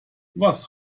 was